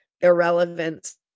irrelevance